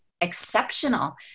exceptional